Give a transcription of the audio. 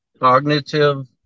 cognitive